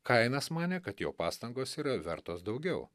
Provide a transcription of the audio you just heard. kainas manė kad jo pastangos yra vertos daugiau